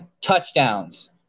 touchdowns